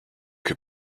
que